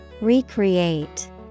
Recreate